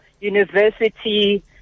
university